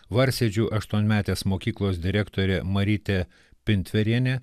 varsėdžių aštuonmetės mokyklos direktorė marytė pintverienė